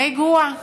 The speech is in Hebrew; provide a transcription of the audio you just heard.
די גרועה.